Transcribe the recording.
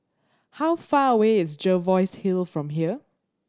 how far away is Jervois Hill from here